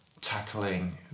tackling